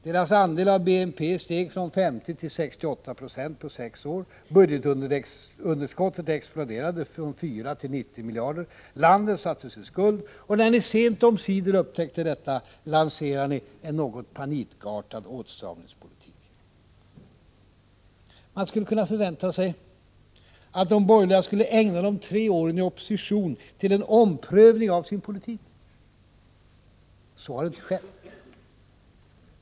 Deras andel av BNP steg från 50 till 68 76 på sex år. Budgetunderskottet exploderade — från 4 till nästan 90 miljarder. Landet sattes i skuld, och när ni sent omsider upptäckte det, lanserade ni en något panikartad åtstramningspolitik. Man skulle kunna förvänta sig att de borgerliga skulle ägna de tre åren i opposition till en omprövning av sin politik. Så har inte skett.